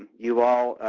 you all,